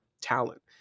talent